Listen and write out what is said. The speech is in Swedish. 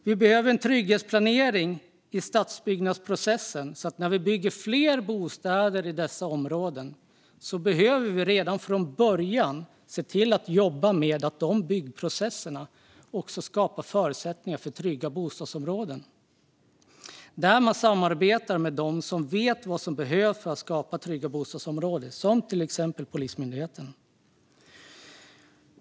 Vi behöver en trygghetsplanering i stadsbyggnadsprocessen så att det när det byggs nya bostäder i dessa områden skapas förutsättningar för trygga bostadsområden redan i början av byggprocessen. Man ska samarbeta med dem som vet vad som behövs för att skapa trygga bostadsområden, till exempel Polismyndigheten.